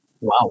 Wow